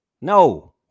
No